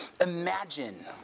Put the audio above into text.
imagine